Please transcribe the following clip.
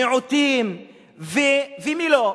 מיעוטים ומי לא?